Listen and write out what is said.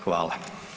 Hvala.